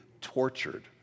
tortured